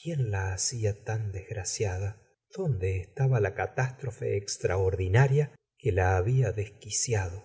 quién la hacía tan desgraciada dónde estaba la catástrofe extraordinaria que la había desquiciado